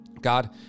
God